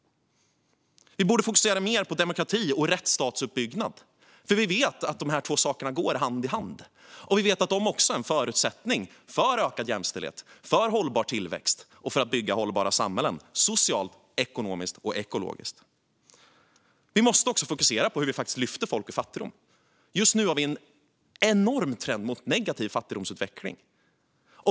Vi borde fokusera mer på demokrati och rättsstatsuppbyggnad, för vi vet att dessa två saker går hand i hand. Vi vet också att de är en förutsättning för ökad jämställdhet, för hållbar tillväxt och för att bygga hållbara samhällen socialt, ekonomiskt och ekologiskt. Vi måste också fokusera på hur vi faktiskt lyfter folk ut ur fattigdom. Just nu ser vi en enorm trend med negativ fattigdomsutveckling.